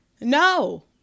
no